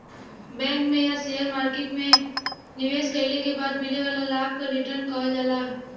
bank में या share market में निवेश कइले के बाद मिले वाला लाभ क रीटर्न कहल जाला